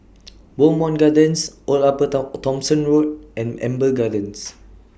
Bowmont Gardens Old Upper Top Thomson Road and Amber Gardens